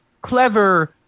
clever